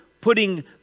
putting